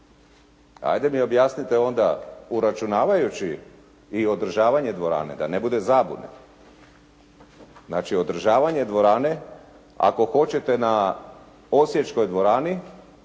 Ajde mi objasnite onda uračunavajući i održavanje dvorane, da ne bude zabune. Znači održavanje dvorane ako hoćete na osječkoj dvorani